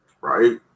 Right